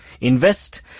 invest